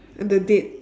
and the date